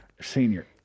Senior